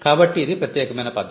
కాబట్టి ఇది ప్రత్యేకమైన పద్ధతి